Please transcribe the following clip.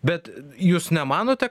bet jūs nemanote